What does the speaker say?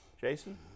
Jason